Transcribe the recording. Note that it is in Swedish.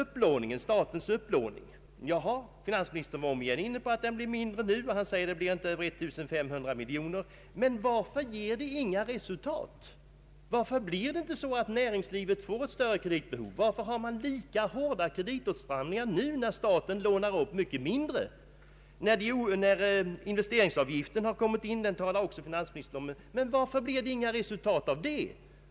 Finansministern var återigen inne på att statens upplåning blir mindre nu. Han säger att den inte blir över 1500 miljoner. Men varför ger detta inga resultat? Varför blir det inte så att näringslivet får ett större kreditutrymme? Varför har man lika hårda kreditåtstramningar nu när staten lånar upp mycket mindre. Finansministern talar också om investeringsavgiften, men varför blir det inga resultat av den?